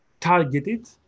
targeted